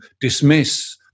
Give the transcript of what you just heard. dismiss